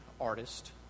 artist